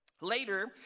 Later